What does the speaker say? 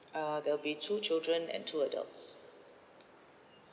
uh there'll be two children and two adults